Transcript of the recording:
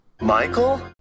Michael